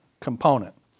component